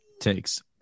takes